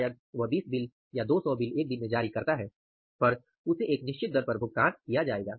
शायद वह 20 बिल या 200 बिल एक दिन में जारी करता है पर उसे एक निश्चित दर पर भुगतान किया जाएगा